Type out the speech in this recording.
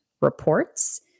reports